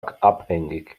abhängig